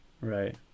Right